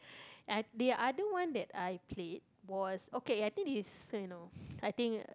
I the other one that I played was okay I think it's this is you know I think ah